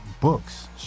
books